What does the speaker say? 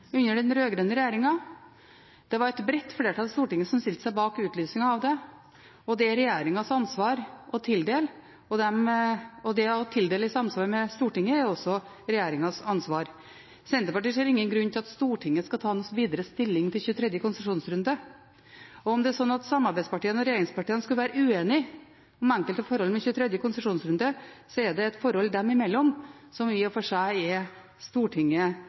under den rød-grønne regjeringen. Det var et bredt flertall i Stortinget som stilte seg bak utlysningen av den, og det er regjeringens ansvar å tildele. Det å tildele i samsvar med Stortinget er også regjeringens ansvar. Senterpartiet ser ingen grunn til at Stortinget skal ta noen videre stilling til 23. konsesjonsrunde. Om det er slik at samarbeidspartiene og regjeringspartiene skulle være uenige om enkelte forhold med 23. konsesjonsrunde, er det et forhold dem imellom, som i og for seg er Stortinget